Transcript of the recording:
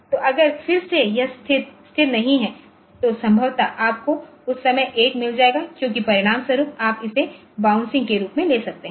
तो अगर फिर से यह स्थिर नहीं है तो संभवत आपको उस समय 1 मिल जाएगा इसलिए परिणामस्वरूप आप इसे बाउंसिंग के रूप में ले सकते हैं